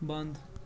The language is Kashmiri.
بنٛد